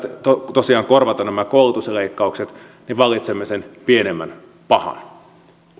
tosiaan korvata nämä koulutusleikkaukset valitsemme sen pienemmän pahan